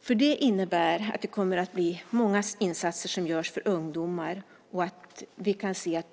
Det skulle innebära att många insatser kommer att göras för ungdomar och att